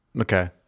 okay